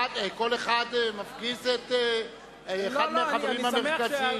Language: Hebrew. כל אחד מפגיז את אחד מהחברים המרכזיים,